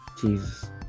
Jesus